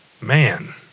man